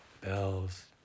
Bells